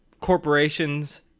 corporations